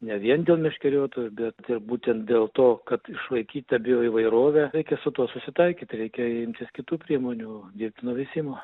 ne vien dėl meškeriotojų bet ir būtent dėl to kad išlaikyta bioįvairovė reikia su tuo susitaikyti reikia imtis kitų priemonių dirbtino veisimo